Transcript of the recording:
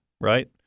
right